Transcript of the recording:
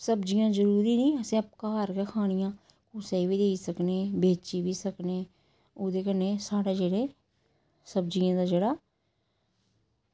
सब्ज़ियां जरूरी निं असें घर गै खानियां कुसै गी बी देई सकनें बेची बी सकनें ओह्दे कन्नै साढ़ा जेह्ड़े सब्ज़ियें दा जेह्ड़ा